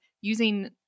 using